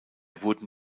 wurden